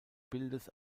bildes